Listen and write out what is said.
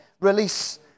Release